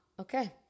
Okay